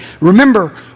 remember